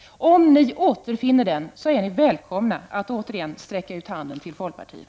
Om ni återfinner den, så är ni välkomna att återigen sträcka ut handen till folkpartiet.